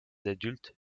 adultes